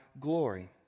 glory